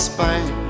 Spain